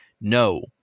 no